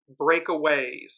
breakaways